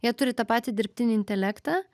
jie turi tą patį dirbtinį intelektą